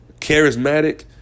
Charismatic